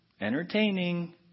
entertaining